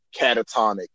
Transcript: catatonic